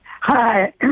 Hi